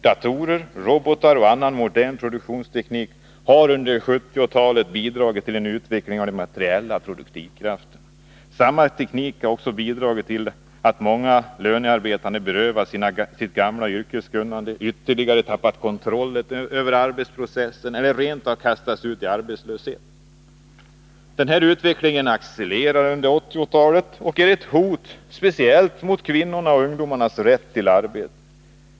Datorer, robotar och annan modern produktionsteknik har under 1970-talet bidragit till en utveckling av de materiella produktivkrafterna. Samma teknik har också bidragit till att många lönearbetande berövats sitt gamla yrkeskunnande, ytterligare tappat kontrollen över arbetsprocessen eller rent av kastats ut i arbetslöshet. Denna utveckling accelererar under 1980-talet och är ett hot speciellt mot kvinnors och ungdomars rätt till arbete.